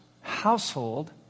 household